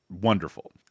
wonderful